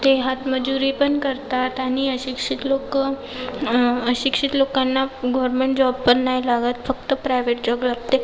ते हात मजुरी पण करतात आणि अशिक्षित लोकं अशिक्षित लोकांना गवर्नमेंट जॉब पण नाही लागत फक्त प्रायवेट जॉब लागते